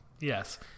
Yes